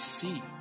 see